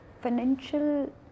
financial